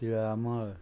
Tilamol